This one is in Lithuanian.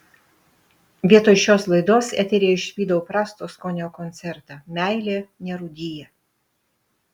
vietoj šios laidos eteryje išvydau prasto skonio koncertą meilė nerūdija